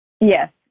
Yes